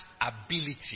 ability